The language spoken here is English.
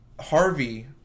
Harvey